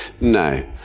No